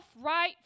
right